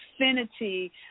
affinity